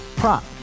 Prop